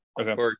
Okay